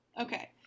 okay